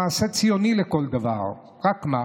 מעשה ציוני לכל דבר, רק מה,